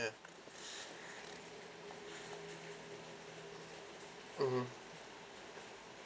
mmhmm